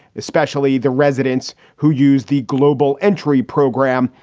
especially the residents who used the global entry program,